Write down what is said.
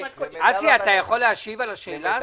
אסי, אתה יכול להשיב לשאלה הזו?